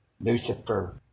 Lucifer